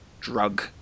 drug